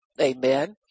Amen